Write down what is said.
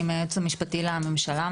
מהייעוץ המשפטי לממשלה,